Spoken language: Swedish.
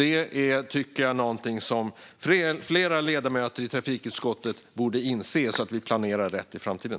Det tycker jag är någonting som fler ledamöter i trafikutskottet borde inse, så att vi planerar rätt inför framtiden.